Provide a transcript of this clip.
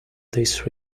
this